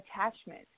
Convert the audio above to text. attachment